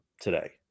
today